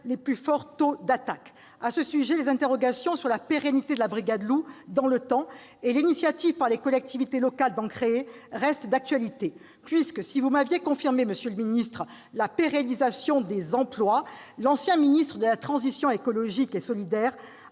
les plus forts taux d'attaques. À ce sujet, les interrogations sur la pérennité de la brigade loup dans le temps et la possibilité pour les collectivités locales de prendre l'initiative d'en créer reste d'actualité. En effet, si vous m'aviez confirmé, monsieur le ministre, la pérennisation des emplois, le précédent ministre de la transition écologique et solidaire